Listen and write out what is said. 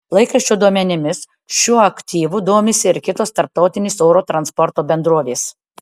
laikraščio duomenimis šiuo aktyvu domisi ir kitos tarptautinės oro transporto bendrovės